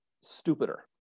stupider